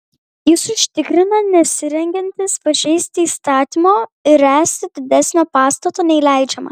jis užtikrina nesirengiantis pažeisti įstatymo ir ręsti didesnio pastato nei leidžiama